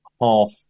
half